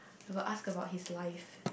I will ask about his life